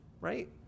right